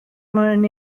mwyn